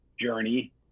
journey